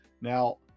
Now